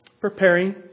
preparing